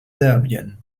serbien